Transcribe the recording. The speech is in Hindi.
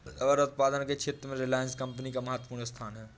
रबर उत्पादन के क्षेत्र में रिलायंस कम्पनी का महत्त्वपूर्ण स्थान है